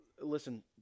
Listen